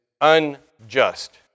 unjust